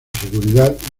seguridad